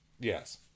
Yes